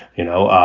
you know,